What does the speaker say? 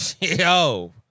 Yo